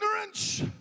ignorance